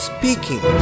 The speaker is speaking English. Speaking